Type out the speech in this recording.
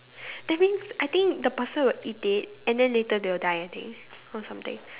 that means I think the person will eat it and then later they will die I think or something